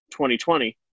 2020